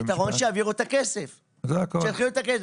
הפתרון שיעבירו את הכסף, זה הכל.